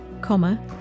comma